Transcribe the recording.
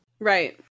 Right